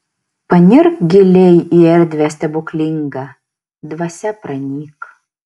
panirk giliai į erdvę stebuklingą dvasia pranyk